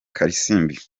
kalisimbi